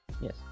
yes